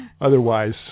Otherwise